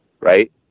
right